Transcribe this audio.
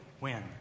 win